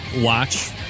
watch